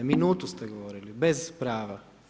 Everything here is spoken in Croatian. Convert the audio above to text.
Minutu ste govorili, bez prava.